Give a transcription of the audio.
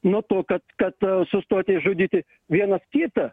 nuo to kad kad sustoti žudyti vienas kitą